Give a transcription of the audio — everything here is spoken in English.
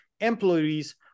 employees